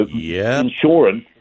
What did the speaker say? insurance